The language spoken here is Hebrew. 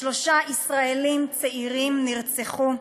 שלושה ישראלים צעירים נרצחו.